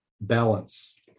balance